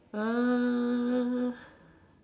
uh